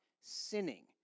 sinning